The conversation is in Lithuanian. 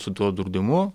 su tuo draudimu